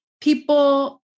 people